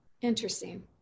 Interesting